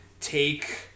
take